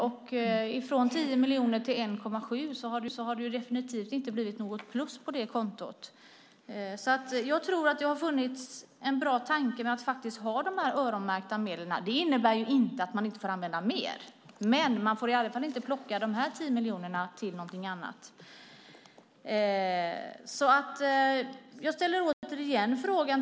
Genom att gå från 10 miljoner till 1,7 miljoner har det definitivt inte blivit något plus på det kontot! Jag tror att tanken med öronmärkta medel var bra. Men det innebär inte att man inte får använda mer. Man får i alla fall inte plocka från de 10 miljonerna och använda de pengarna till någonting annat.